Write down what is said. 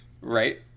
Right